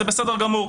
זה בסדר גמור.